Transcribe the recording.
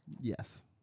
Yes